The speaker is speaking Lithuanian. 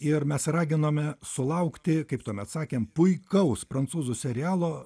ir mes raginome sulaukti kaip tuomet sakėm puikaus prancūzų serialo